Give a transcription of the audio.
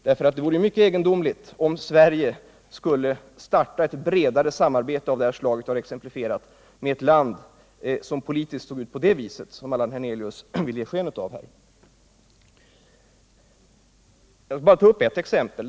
Det vore nämligen mycket egendomligt om Sverige skulle starta ett bredare samarbete av det slag som jag givit exempel på med ett land som politiskt såg ut på det sätt som Allan Hernelius vill ge sken av. Jag vill bara ta ett exempel.